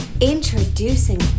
introducing